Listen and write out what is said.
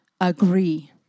Agree